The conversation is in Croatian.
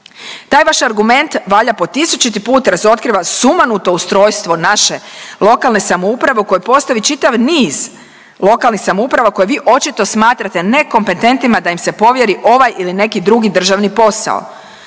Taj vaš argument valjda po 1000. put razotkriva sumanuto ustrojstvo naše lokalne samouprave u kojoj postoji čitav niz lokalnih samouprava koje vi očito smatrate nekompetentnima da im se povjeri ovaj ili neki drugi državni posao.